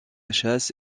chasse